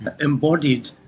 embodied